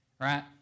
right